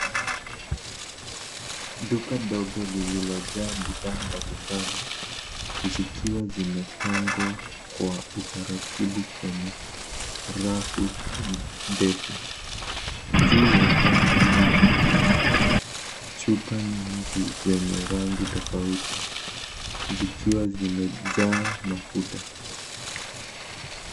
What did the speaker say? Duka dogo lililojaa bidhaa mbalimbali zikiwa zimepangwa kwa utaratibu kwenye rafu ndefu. Juu ya rafu hizi kuna chupa nyingi zenye rangi tofauti zikiwa zimejaa mafuta.